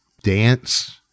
dance